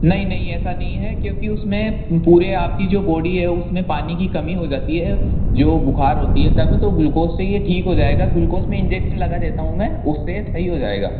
नहीं नहीं है ऐसा नहीं है क्योंकि उसमें पूरे आपके जो बॉडी है उसमें पानी की कमी हो जाती है जो बुखार होती है तभी तो ग्लूकोस से यह ठीक हो जाएगा ग्लूकोज में इंजेक्शन लगा देता हूँ मैं उससे सही हो जाएगा